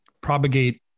propagate